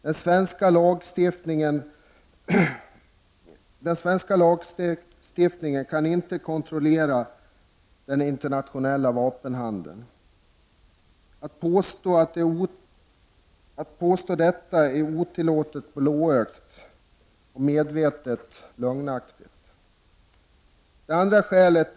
Den internationella vapenhandeln kan inte kontrolleras genom den svenska lagstiftningen. Att påstå det är otillåtligt blåögt eller medvetet lögnaktigt.